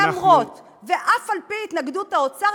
למרות ועל אף התנגדות האוצר,